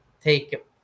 take